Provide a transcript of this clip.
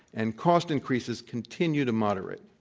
and cost increases continue to moderate.